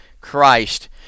Christ